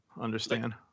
understand